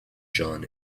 john